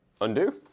Undo